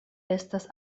estas